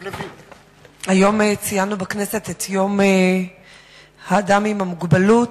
היום ציינו בכנסת את יום האדם עם המוגבלות.